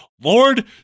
Lord